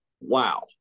wow